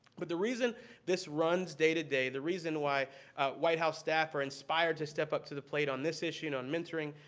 but the reason this runs day to day, the reason why white house staff are inspired to step up to the plate on this issue, and on mentoring,